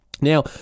Now